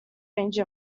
range